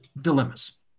dilemmas